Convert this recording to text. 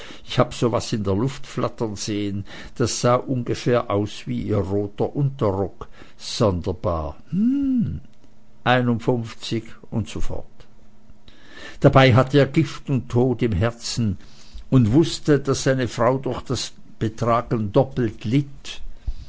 ich habe so was in der luft flattern sehen das sah ungefähr aus wie ihr roter unterrock sonderbar hm einundfunfzig usf dabei hatte er gift und tod im herzen und wußte daß seine frau durch das betragen doppelt litt